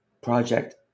project